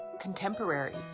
Contemporary